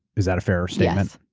is that a fair statement?